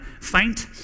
faint